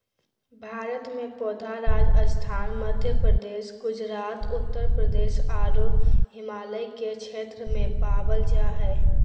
भारत में पौधा राजस्थान, मध्यप्रदेश, गुजरात, उत्तरप्रदेश आरो हिमालय के क्षेत्र में पावल जा हई